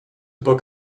book